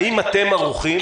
האם אתם ערוכים